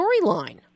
storyline